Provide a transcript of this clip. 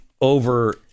over